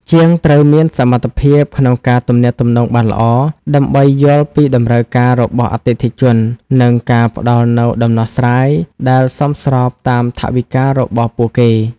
ជាងត្រូវមានសមត្ថភាពក្នុងការទំនាក់ទំនងបានល្អ ដើម្បីយល់ពីតម្រូវការរបស់អតិថិជន និងការផ្តល់នូវដំណោះស្រាយដែលសមស្របតាមថវិការបស់ពួកគេ។